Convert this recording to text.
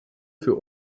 für